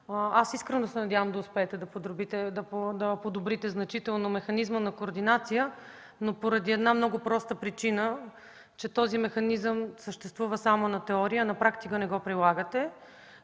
искрено се надявам да успеете да подобрите значително механизма на координация поради една много проста причина – че този механизъм съществува само на теория, а на практика не го прилагате,